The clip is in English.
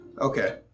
Okay